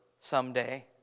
someday